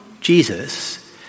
Jesus